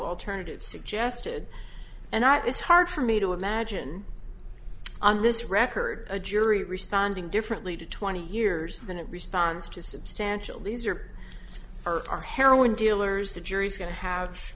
alternative suggested and i it's hard for me to imagine on this record a jury responding differently to twenty years than it responds to substantial these are our heroin dealers the jury's going to have